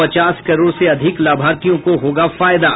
पचास करोड़ से अधिक लाभार्थियों को होगा फायदा